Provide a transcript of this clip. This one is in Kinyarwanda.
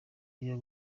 ibyo